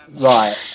Right